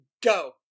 Go